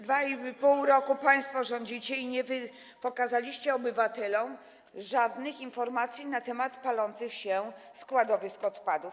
2,5 roku państwo rządzicie i nie pokazaliście obywatelom żadnych informacji na temat palących się składowisk odpadów.